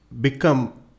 become